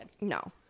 no